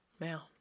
Now